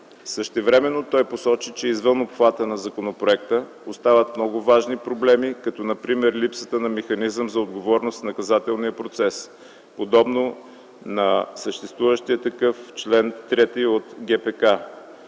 Същевременно той посочи, че извън обхвата на законопроекта остават много важни проблеми, като например липсата на механизъм за отговорност в наказателния процес, подобно на съществуващия такъв в чл. 3 от